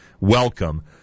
welcome